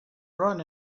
run